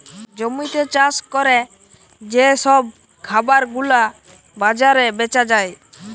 জমিতে চাষ ক্যরে যে সব খাবার গুলা বাজারে বেচা যায়